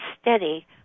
steady